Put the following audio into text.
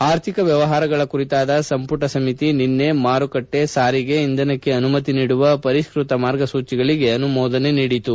ಆರ್ಥಿಕ ವ್ಯವಹಾರಗಳ ಕುರಿತಾದ ಸಂಪುಟ ಸಮಿತಿ ನಿನ್ನೆ ಮಾರುಕಟ್ಲೆ ಸಾರಿಗೆ ಇಂಧನಕ್ಕೆ ಅನುಮತಿ ನೀಡುವ ಪರಿಷ್ನತ ಮಾರ್ಗಸೂಚಿಗಳಿಗೆ ಅನುಮೋದನೆ ನೀಡಿತು